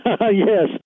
yes